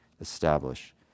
establish